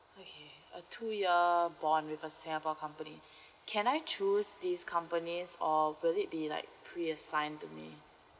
okay a two year bond with a singapore company can I choose these companies or will it be like pre assign to me